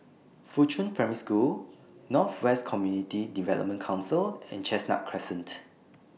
Fuchun Primary School North West Community Development Council and Chestnut Crescent